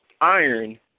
iron